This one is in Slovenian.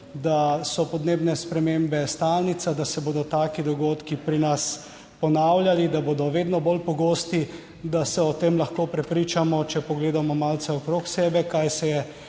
da so podnebne spremembe stalnica, da se bodo taki dogodki pri nas ponavljali, da bodo vedno bolj pogosti, da se o tem lahko prepričamo, če pogledamo malce okrog sebe, kaj se je